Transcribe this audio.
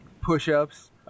Push-ups